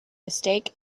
mistake